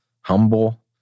humble